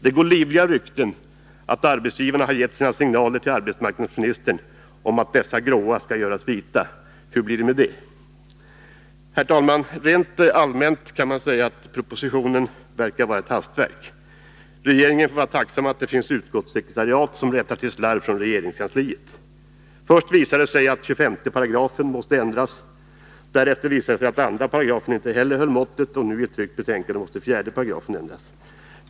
Det går livliga rykten om att arbetsgivarna har gett sina signaler till arbetsmarknadsministern om att dess grå skall göras vita — hur blir det med det? Herr talman! Rent allmänt kan man säga att propositionen verkar vara ett hastverk. Regeringen får vara tacksam att det finns utskottssekretariat som rättar till slarv från regeringskansliet. Först visade det sig att 25 § måste ändras, därefter visade det sig att 2 § inte heller höll måttet, och nu — i ett tryckt betänkande — måste 4 § ändras.